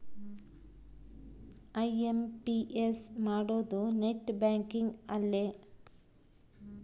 IMPS ಮಾಡೋದು net banking ಅಲ್ಲೆ